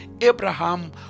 Abraham